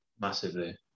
Massively